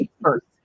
first